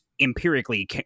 empirically